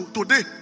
today